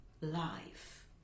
life